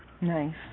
nice